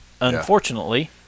Unfortunately